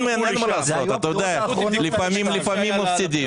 אין מה לעשות, לפעמים מפסידים.